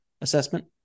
assessment